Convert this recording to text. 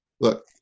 look